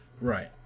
right